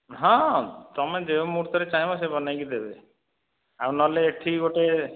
ହଁ ତୁମେ ଯେଉଁ ମୁହୂର୍ତ୍ତରେ ଚାହିଁବ ସେ ବନେଇକି ଦେବେ ଆଉ ନହେଲେ ଏଠି ଗୋଟେ